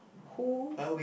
who